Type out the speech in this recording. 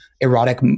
erotic